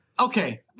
Okay